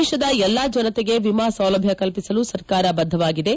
ದೇಶದ ಎಲ್ಲಾ ಜನತೆಗೆ ವಿಮಾ ಸೌಲಭ್ಯವನ್ನು ಕಲ್ಪಿಸಲು ಸರ್ಕಾರ ಬದ್ದವಾಗಿದೆ